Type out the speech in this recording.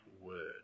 word